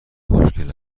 خوشگل